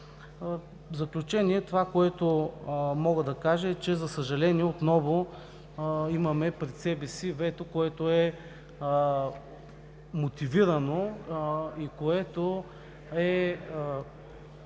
В заключение мога да кажа, че, за съжаление, отново имаме пред себе си вето, което е мотивирано и което е